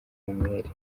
umwere